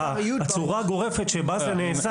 הצורה הגורפת שבה זה נעשה,